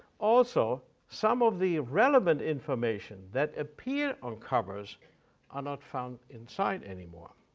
also, some of the relevant information that appear on covers are not found inside anymore.